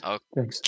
Okay